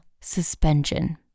suspension